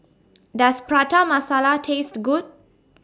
Does Prata Masala Taste Good